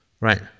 right